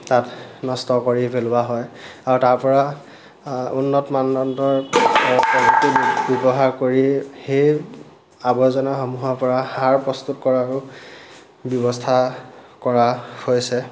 তাত নষ্ট কৰি পেলোৱা হয় আৰু তাৰপৰা উন্নত মানদণ্ডৰ ব্যৱহাৰ কৰি সেই আৱৰ্জনাসমূহৰ পৰা সাৰ প্ৰস্তুত কৰাও ব্যৱস্থা কৰা হৈছে